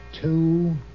two